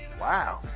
wow